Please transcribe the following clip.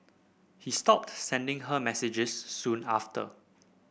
he stopped sending her messages soon after